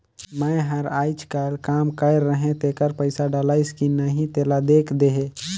मै हर अईचकायल काम कइर रहें तेकर पइसा डलाईस कि नहीं तेला देख देहे?